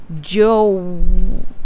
Joe